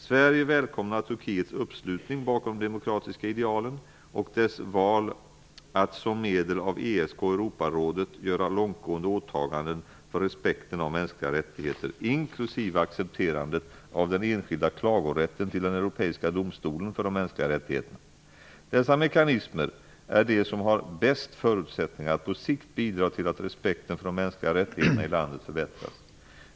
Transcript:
Sverige välkomnar Turkiets uppslutning bakom de demokratiska idealen och dess val att som medlem av ESK och Europarådet göra långtgående åtaganden för respekten av mänskliga rättigheter, inklusive accepterandet av den enskilda klagorätten till den europeiska domstolen för de mänskliga rättigheterna. Dessa mekanismer är de som har bäst förutsättningar att på sikt bidra till att respekten för de mänskliga rättigheterna i landet förbättras.